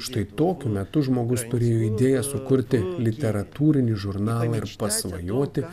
štai tokiu metu žmogus turėjo idėją sukurti literatūrinį žurnalą ir pasvajoti